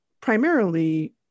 primarily